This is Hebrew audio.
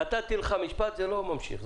נתתי לך משפט אבל זה לא ממשיך.